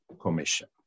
commission